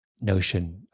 notion